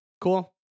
Cool